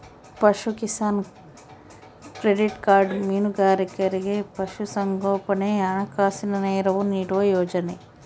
ಪಶುಕಿಸಾನ್ credit card ಮೀನುಗಾರರಿಗೆ ಪಶು ಸಂಗೋಪನೆಗೆ ಹಣಕಾಸಿನ ನೆರವು ನೀಡುವ ಯೋಜನೆ